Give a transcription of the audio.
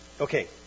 Okay